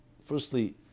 firstly